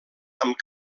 amb